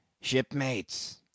shipmates